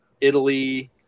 Italy